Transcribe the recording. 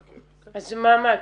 אז מה מעכב?